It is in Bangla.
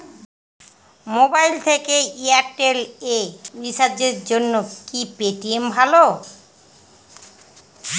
মোবাইল থেকে এয়ারটেল এ রিচার্জের জন্য কি পেটিএম ভালো?